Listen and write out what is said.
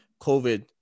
COVID